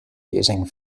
using